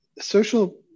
social